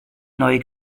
neu